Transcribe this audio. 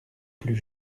plus